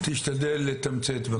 תשתדל לתמצת בבקשה.